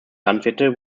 landwirte